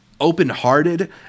open-hearted